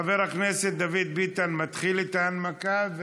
חבר הכנסת דוד ביטן מתחיל את ההנמקה,